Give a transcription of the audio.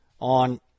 on